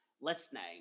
listening